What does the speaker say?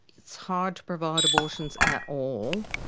it's hard to provide abortions at all.